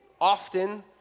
often